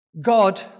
God